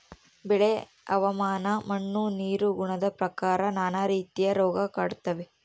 ಬೆಳೆಯ ಹವಾಮಾನ ಮಣ್ಣು ನೀರಿನ ಗುಣದ ಪ್ರಕಾರ ನಾನಾ ರೀತಿಯ ರೋಗ ಕಾಡ್ತಾವೆ